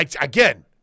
again